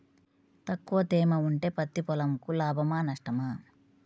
తక్కువ తేమ ఉంటే పత్తి పొలంకు లాభమా? నష్టమా?